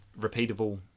repeatable